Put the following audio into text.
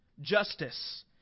justice